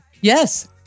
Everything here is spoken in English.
Yes